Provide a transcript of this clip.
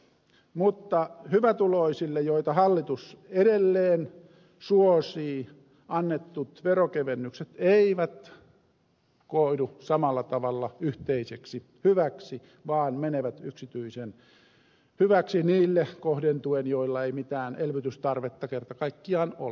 mutta hyvätuloisille joita hallitus edelleen suosii annetut veronkevennykset eivät koidu samalla tavalla yhteiseksi hyväksi vaan menevät yksityisen hyväksi niille kohdentuen joilla ei mitään elvytystarvetta kerta kaikkiaan ole